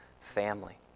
family